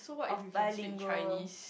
of bilingual